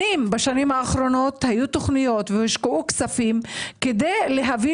שנים בשנים האחרונות היו תוכניות והושקעו כספים כדי להביא